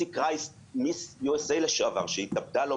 בינתיים עברנו על כל המקרים בצורה מאוד-מאוד